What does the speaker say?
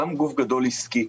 גם גוף גדול עסקי,